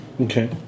Okay